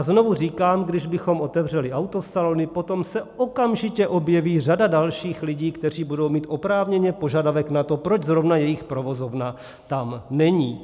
A znovu říkám, kdybychom otevřeli autosalony, potom se okamžitě objeví řada dalších lidí, kteří budou mít oprávněně požadavek na to, proč zrovna jejich provozovna tam není.